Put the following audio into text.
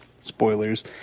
Spoilers